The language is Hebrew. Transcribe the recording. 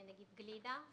גלידה.